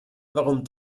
warum